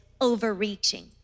overreaching